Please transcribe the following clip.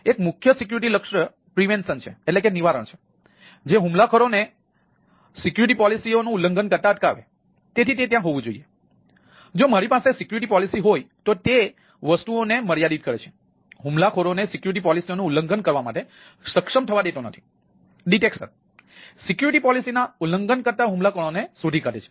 એક મુખ્ય સિક્યુરિટી લક્ષ્ય નિવારણ સિક્યુરિટી પોલિસીના ઉલ્લંઘન કરતા હુમલાખોરોને શોધી કાઢે છે